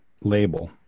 label